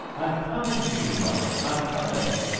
i'm coming to you. mother, i'm coming!